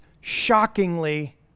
shockingly